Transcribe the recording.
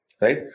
right